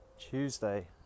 Tuesday